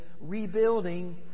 rebuilding